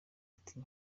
ati